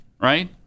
right